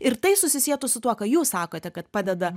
ir tai susisietų su tuo ką jūs sakote kad padeda